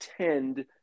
tend